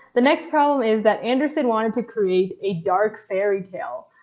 the next problem is that anderson wanted to create a dark fairy tale,